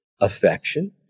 affection